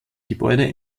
gebäude